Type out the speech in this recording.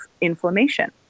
inflammation